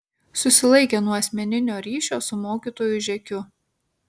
susilaikė nuo asmeninio ryšio su mokytoju žekiu